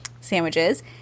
sandwiches